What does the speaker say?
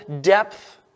depth